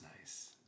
nice